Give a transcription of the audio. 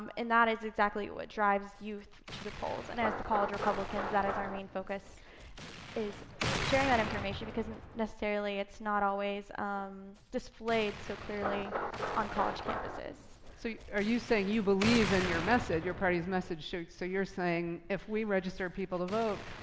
that is exactly what drives youth to the polls. and as the college republicans, that is our main focus is sharing that information, because necessarily it's not always um displayed so clearly on college campuses. so are you saying you believe in your message, your party's message? so so you're saying if we register people to vote,